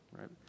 right